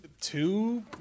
Two